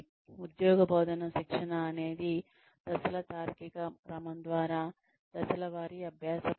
ఉద్యోగ బోధన శిక్షణ అనేది దశల తార్కిక క్రమం ద్వారా దశల వారీ అభ్యాస ప్రక్రియ